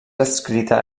adscrita